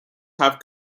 have